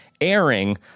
airing